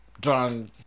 drunk